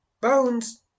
bones